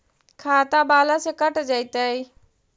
खाता बाला से कट जयतैय?